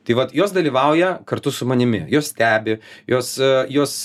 tai vat jos dalyvauja kartu su manimi jos stebi jos jos